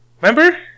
Remember